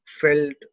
felt